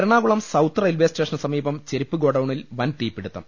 Ernakulam south റെയിൽവെസ്റ്റേഷന് സമീപം ചെരിപ്പ് ഗോഡൌണിൽ വൻതീപിടിത്തം